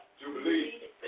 Jubilee